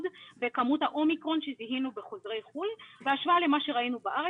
בכמות האומיקרון שזיהינו בחוזרי חו"ל בהשוואה למה שראינו בארץ.